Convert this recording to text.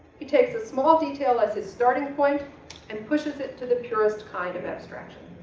he takes a small detail as his starting point and pushes it to the purest kind of abstraction.